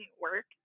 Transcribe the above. work